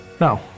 No